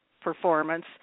performance